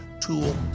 tool